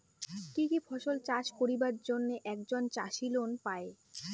কি কি ফসল চাষ করিবার জন্যে একজন চাষী লোন পায়?